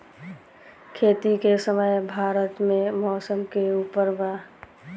खेती के समय भारत मे मौसम के उपर बा